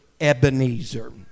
Ebenezer